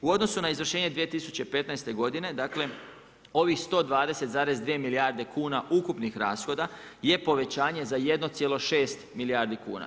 U odnosu na izvršenje 2015. godine ovih 120,2 milijarde kuna ukupnih rashoda je povećanje za 1,6 milijardi kuna.